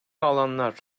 alanlar